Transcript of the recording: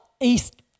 East